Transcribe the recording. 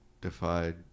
defied